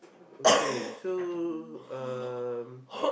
okay so um